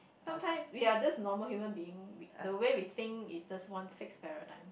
sometimes we are just normal human being the way we think is just one fixed paradigm